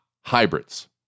hybrids